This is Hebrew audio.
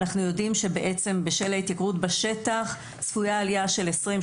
אנחנו יודעים בעצם שבשל ההתייקרות בשטח צפויה עלייה של 20%,